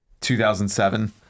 2007